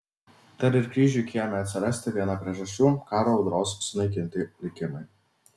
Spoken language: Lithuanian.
tad ir kryžiui kieme atsirasti viena priežasčių karo audros sunaikinti likimai